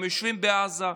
הם יושבים בעזה.